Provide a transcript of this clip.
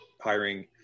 hiring